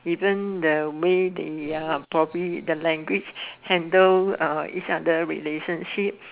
even the way they probably the language handle uh each other relationship